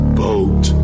boat